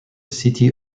city